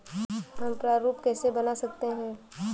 हम प्रारूप कैसे बना सकते हैं?